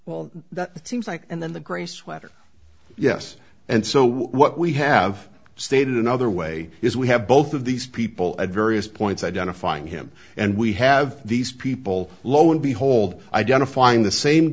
well it seems like and then the gray sweater yes and so what we have stated another way is we have both of these people at various points identifying him and we have these people lo and behold identifying the same